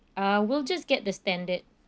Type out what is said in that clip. uh we'll just get the standard